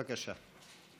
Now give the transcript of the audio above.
בבקשה,